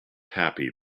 happy